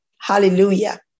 Hallelujah